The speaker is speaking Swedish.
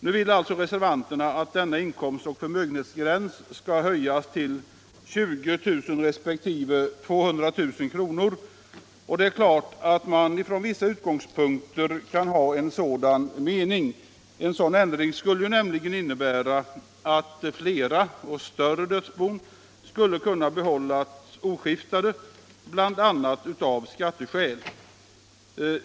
Nu vill reservanterna att denna inkomstoch förmögenhetsgräns skall höjas till 20 000 resp. 200 000 kr. Från vissa utgångspunkter kan man naturligtvis ha en sådan mening. Den ändringen skulle nämligen innebära att flera och större dödsbon skulle kunna behållas oskiftade, bl.a. av skatteskäl.